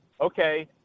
okay